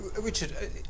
Richard